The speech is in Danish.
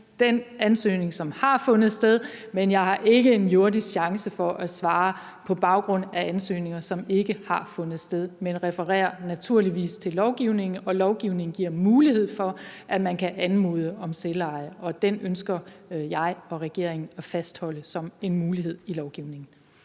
den ansøgning, som har fundet sted, men at jeg ikke har en jordisk chance for at svare i forhold til ansøgninger, som ikke har fundet sted. Men jeg refererer naturligvis til lovgivningen, og lovgivningen giver mulighed for, at man kan anmode om selveje. Den mulighed i lovgivningen ønsker jeg og regeringen at fastholde. Kl. 15:59 Anden